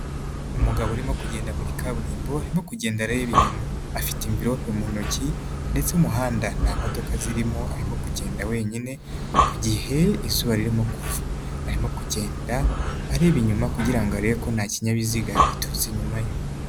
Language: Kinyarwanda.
Umugabo urimo kugenda muri kaburimbo, arimo kugenda areba inyuma. Afite anvilope mu ntoki ndetse umuhanda nta modoka zirimo, arimo kugenda wenyine, mu gihe izuba ririmo kuva. Arimo kugenda areba inyuma, kugira ngo arebe ko nta kinyabiziga kiri inyuma ye.